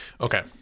okay